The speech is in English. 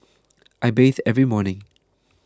I bathe every morning